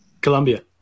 Colombia